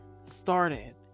started